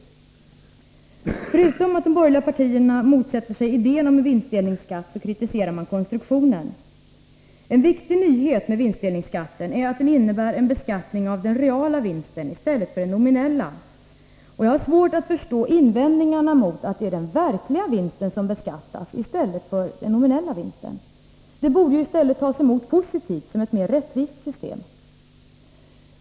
Förutom att de borgerliga partierna är motståndare till idén om en vinstdelningsskatt kritiserar de konstruktionen. En viktig nyhet med vinstdelningsskatten är att den innebär en beskattning av den reala vinsten i stället för den nominella. Jag har svårt att förstå invändningarna mot att det är den verkliga vinsten som beskattas i stället för den nominella. Det borde tas emot positivt, som ett mer rättvist system.